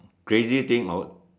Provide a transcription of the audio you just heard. crazy thing or